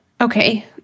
Okay